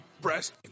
breast